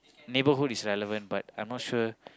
neighbourhood is relevant but I'm not sure